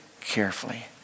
carefully